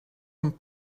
een